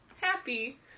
happy